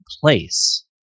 place